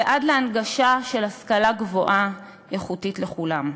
ועד להנגשה של השכלה גבוהה איכותית לכולם.